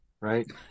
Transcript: right